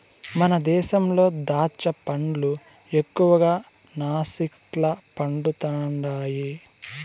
మన దేశంలో దాచ్చా పండ్లు ఎక్కువగా నాసిక్ల పండుతండాయి